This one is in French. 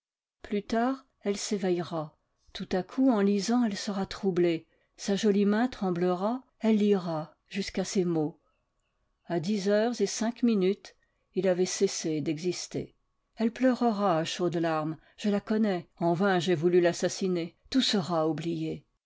plus tard elle s'éveillera tout à coup en lisant elle sera troublée sa jolie main tremblera elle lira jusqu'à ces mots a dix heures et cinq minutes il avait cessé d'exister elle pleurera à chaudes larmes je la connais en vain j'ai voulu l'assassiner tout sera oublié